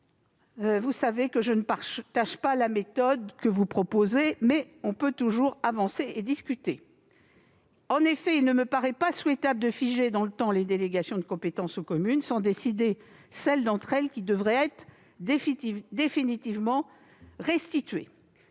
Vous savez que je ne partage pas la méthode que vous proposez, mais il est toujours possible d'avancer et de discuter. En effet, il ne me paraît pas souhaitable de figer dans le temps les délégations de compétences aux communes sans décider quelles sont celles qui devraient être définitivement restituées.